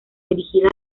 dirigida